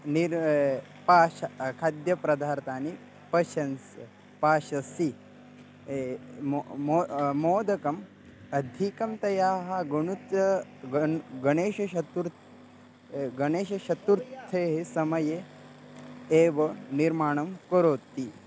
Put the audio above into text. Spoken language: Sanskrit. निर् पाश खाद्यपदार्थानि पशन्स् पचसि मोदकम् अधिकं तया गुणुत्य गण् गणेशचतुर्थी गणेशचतुर्थेः समये एव निर्माणं करोति